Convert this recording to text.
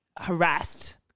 harassed